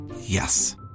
Yes